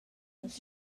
las